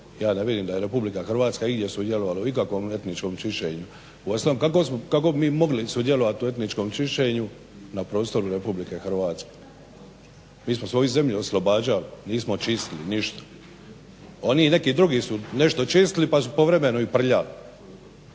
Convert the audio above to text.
ja ne vidim da je Republika Hrvatska igdje sudjelovala u ikakvom etničkom čišćenju. Uostalom, kako bi mi mogli sudjelovat u etničkom čišćenju na prostoru Republike Hrvatske. Mi smo svoju zemlju oslobađali, nismo čistili ništa. Oni i neki drugi su nešto čistili pa su povremeno i prljali.